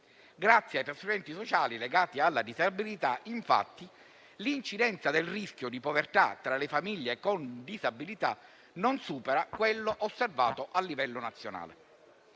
Grazie ai trasferimenti sociali legati alla disabilità infatti, l'incidenza del rischio di povertà tra le famiglie con disabilità non supera quello osservato a livello nazionale.